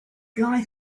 guy